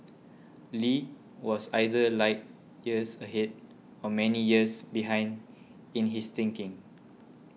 Lee was either light years ahead or many years behind in his thinking